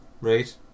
right